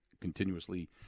continuously